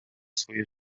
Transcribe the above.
своє